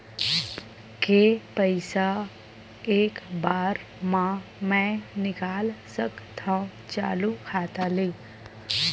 के पईसा एक बार मा मैं निकाल सकथव चालू खाता ले?